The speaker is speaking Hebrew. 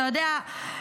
אתה יודע,